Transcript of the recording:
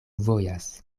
vojas